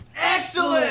Excellent